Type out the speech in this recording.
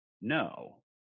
no